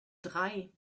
drei